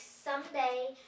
someday